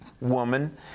woman